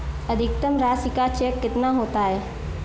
अधिकतम राशि का चेक कितना होता है?